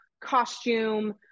costume